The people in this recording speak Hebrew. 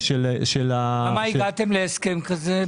למה הגעתם להסכם הזה?